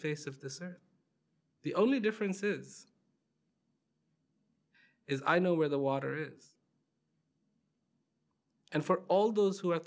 face of this earth the only difference is is i know where the water is and for all those who